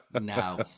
No